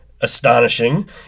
astonishing